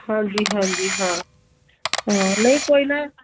ਹਾਂਜੀ ਹਾਂਜੀ ਹਾਂ ਨਹੀਂ ਕੋਈ ਨਾ